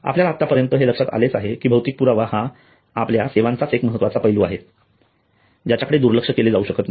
आपल्याला आतापर्यंत हे लक्षात आलेच आहे कि भौतिक पुरावा हा आपल्या सेवांचाच एक महत्त्वाचा पैलू आहे ज्याकडे दुर्लक्ष केले जाऊ शकत नाही